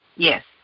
Yes